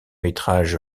métrage